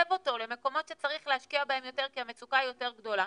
לנתב אותו למקומות שצריך להשקיע בהם יותר כי המצוקה יותר גדולה